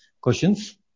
questions